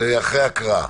אחרי הקראה.